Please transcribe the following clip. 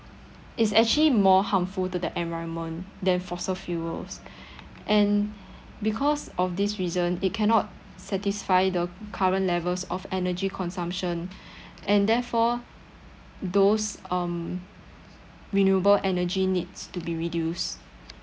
it's actually more harmful to the environment than fossil fuels and because of this reason it cannot satisfy the current levels of energy consumption and therefore those um renewable energy needs to be reduced